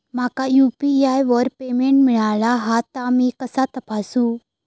माका यू.पी.आय वर पेमेंट मिळाला हा ता मी कसा तपासू?